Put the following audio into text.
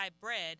bread